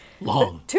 long